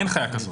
אין חיה כזאת.